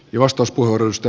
arvoisa puhemies